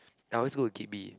then I'll always go to gate B